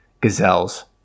gazelles